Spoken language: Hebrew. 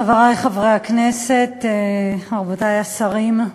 חברי חברי הכנסת, רבותי השרים,